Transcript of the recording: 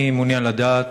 אני מעוניין לדעת,